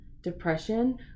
depression